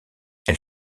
elle